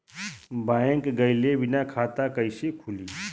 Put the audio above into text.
Bank गइले बिना खाता कईसे खुली?